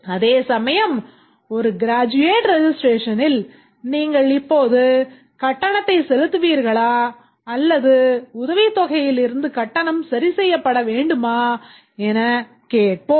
அதேசமயம் ஒரு graduate registration ல் நீங்கள் இப்போது கட்டணத்தை செலுத்துவீர்களா அல்லது உதவித்தொகையிலிருந்து கட்டணம் சரிசெய்யப்பட வேண்டுமா எனக்கேட்போம்